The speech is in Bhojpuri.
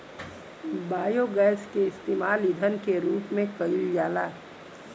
बायोगैस के इस्तेमाल ईधन के रूप में कईल जाला